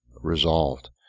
resolved